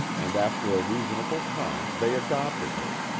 and after a reasonable time they adopted her.